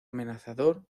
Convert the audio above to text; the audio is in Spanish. amenazador